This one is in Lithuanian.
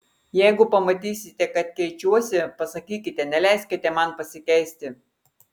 jeigu pamatysite kad keičiuosi pasakykite neleiskite man pasikeisti